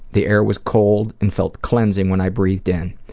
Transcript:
the air was cold and felt cleansing when i breathed in.